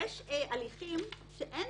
יש הליכים שאין